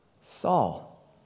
Saul